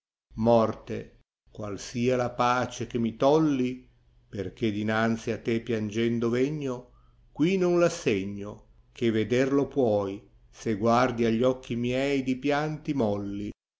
morte qual sia la pace che mi tolli perchè dinanzi a te piangendo vegno qui non v assegno che veder lo pqoi se guardi agli occhi miei di pianti molli